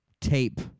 tape